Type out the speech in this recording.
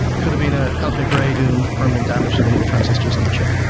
could have been a cosmic ray doing permanent damage to one of the transistors on the chip.